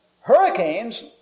Hurricanes